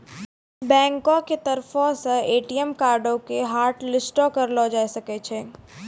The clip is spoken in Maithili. बैंको के तरफो से ए.टी.एम कार्डो के हाटलिस्टो करलो जाय सकै छै